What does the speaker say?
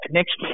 Next